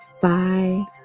five